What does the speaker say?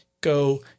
go